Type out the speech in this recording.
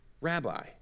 rabbi